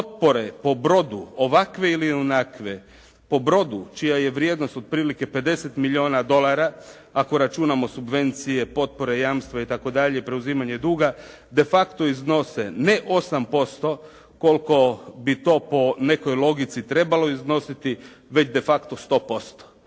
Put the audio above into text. potpore po brodu, ovakve ili onakve, po brodu čija je vrijednost otprilike 50 milijuna dolara, ako računamo subvencije, potpore, jamstva itd., preuzimanje duga, de facto iznose ne 8% koliko bi to po nekoj logici trebalo iznositi već de facto 100%.